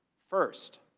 first,